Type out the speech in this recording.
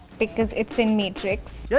because it's in matrix. yeah